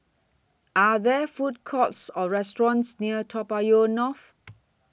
Are There Food Courts Or restaurants near Toa Payoh North